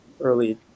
early